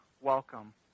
welcome